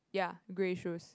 ya grey shoes